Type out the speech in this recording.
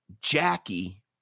Jackie